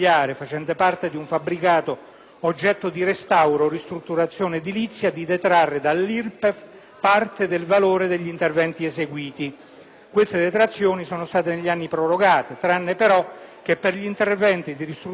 oggetto di restauro o ristrutturazione edilizia, di detrarre dall'IRPEF parte del valore degli interventi eseguiti. Queste detrazioni sono state negli anni prorogate, tranne però che per gli interventi di ristrutturazione avvenuti nel 2007.